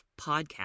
podcast